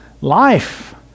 life